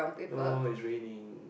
no it's raining